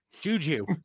Juju